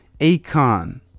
Akon